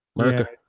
America